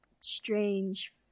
strange